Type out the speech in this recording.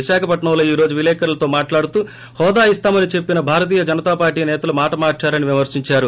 విశాఖపట్నంలో ఈ రోజు విలేకరులతో మాట్లాడుతూ హోదా ఇస్తామని చెప్పిన భారతీయ జనతపార్టీ నేతలు మాట మార్చారని విమర్శిందారు